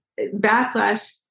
Backlash